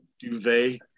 Duvet